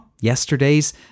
Yesterday's